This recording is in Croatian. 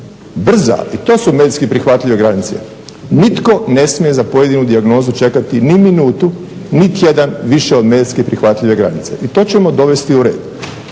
Brza, i to su medicinski prihvatljive garancije, nitko ne smije za pojedinu dijagnozu čekati ni minutu ni tjedan više od medicinske prihvatljive granice. I to ćemo dovesti u red.